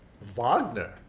Wagner